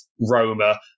Roma